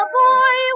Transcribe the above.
boy